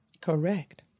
Correct